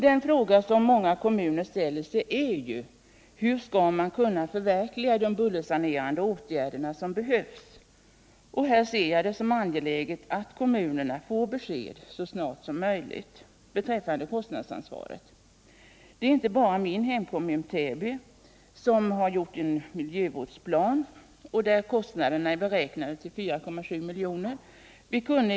Den fråga som många kommuner ställer sig är: Hur skall man kunna förverkliga de bullersanerande åtgärder som behövs? Här ser jag det som angeläget att kommunerna så snart som möjligt får besked om kostnadsansvaret. Det är inte bara min hemkommun, Täby, som har gjort en miljövårdsplan. Kostnaderna beräknas där till 4,7 milj.kr.